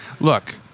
look